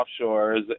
offshores